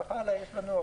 רק